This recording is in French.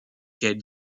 quelle